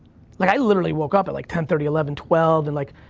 like, i literally woke up at like ten thirty, eleven, twelve, and like,